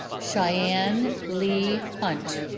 cheyenne leigh hunt